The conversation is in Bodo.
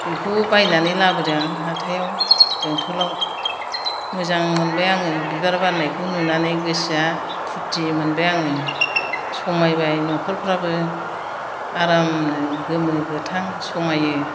बेखौबो बायनानै लाबोदों आं हाथाइआव बेंथ'लाव मोजां मोनबाय आङो बिबार बारनायखौ नुनानै गोसोआ फुरथि मोनबाय आङो समायबाय न'खरफ्राबो आरामनो गोमो गोथां समायो